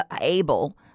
able